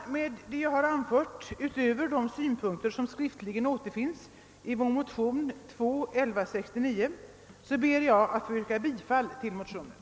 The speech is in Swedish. Jag ber med vad jag nu anfört utöver de synpunkter, som skriftligen är redovisade i vår motion II: 1169, att få yrka bifall till denna motion.